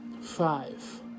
Five